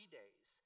days